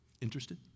Interested